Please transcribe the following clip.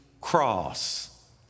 cross